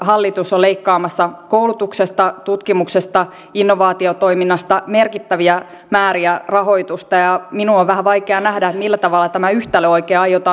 tämä on erittäin merkittävä lisäys sen takia että nämä yhdistykset eivät saa raha automaattiyhdistyksen kautta tähän toimintaansa mitään tukea